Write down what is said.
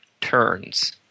turns